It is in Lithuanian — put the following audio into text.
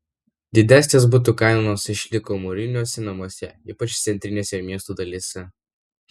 didesnės butų kainos išliko mūriniuose namuose ypač centrinėse miestų dalyse